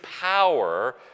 power